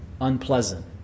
Unpleasant